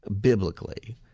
biblically